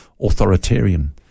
authoritarian